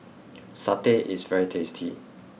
Satay is very tasty